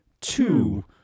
two